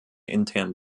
intern